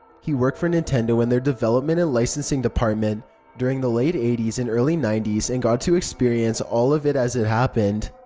he worked for nintendo in their development and icensing department during the late eighties and early nineties and got to experience all of this as it happened.